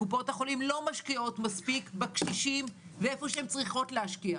קופות החולים לא משקיעות מספיק בקשישים ואיפה שהן צריכות להשקיע.